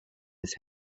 his